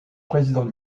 président